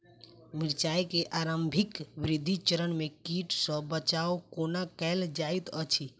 मिर्चाय केँ प्रारंभिक वृद्धि चरण मे कीट सँ बचाब कोना कैल जाइत अछि?